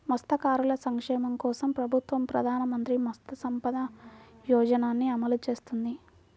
మత్స్యకారుల సంక్షేమం కోసం ప్రభుత్వం ప్రధాన మంత్రి మత్స్య సంపద యోజనని అమలు చేస్తోంది